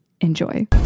enjoy